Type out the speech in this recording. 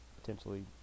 potentially